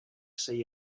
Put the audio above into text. sei